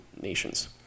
nations